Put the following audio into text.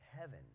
heaven